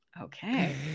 okay